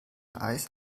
eis